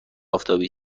آفتابی